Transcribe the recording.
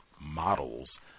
models